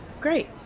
Great